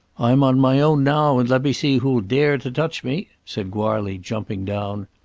i'm on my own now, and let me see who'll dare to touch me, said goarly jumping down.